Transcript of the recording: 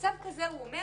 במצב כזה הוא אומר